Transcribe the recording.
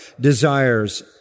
desires